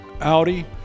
Audi